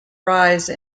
rise